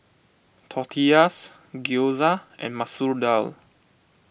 Tortillas Gyoza and Masoor Dal